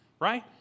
right